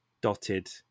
dotted